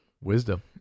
Wisdom